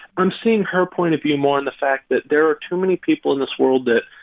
i'm seeing her point of view more on the fact that there are too many people in this world that,